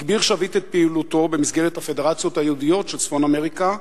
הגביר שביט את פעילותו במסגרת הפדרציות היהודיות של צפון-אמריקה,